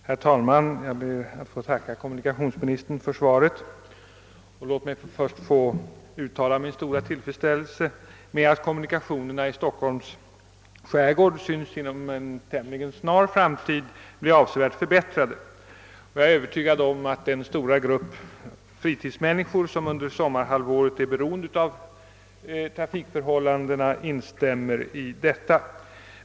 Herr talman! Jag ber att få tacka kommunikationsministern för svaret på min interpellation. Låt mig först få uttala min stora tillfredsställelse med att kommunikationerna i Stockholms skärgård synes inom en tämligen snar framtid bli avsevärt förbättrade. Jag är övertygad om att den stora grupp fritidsmänniskor som under sommarhalvåret är beroende av trafikförhållandena instämmer i detta.